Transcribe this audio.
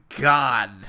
God